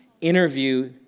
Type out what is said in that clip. interview